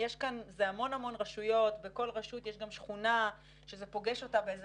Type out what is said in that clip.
אלה המון רשויות ובכל רשות יש גם שכונה שזה פוגש אותה באיזה